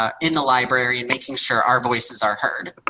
ah in the library and making sure our voices are heard?